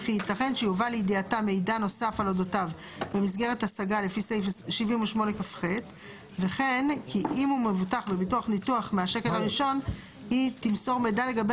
וכי יתכן שיובא לידיעתה מידע נוסף על אודותיו במסגרת השגה לפי סעיף 78כח. וכן כי אם הוא מבוטח בביטוח ניתוח מהשקל הראשון היא תמסור מידע לגבי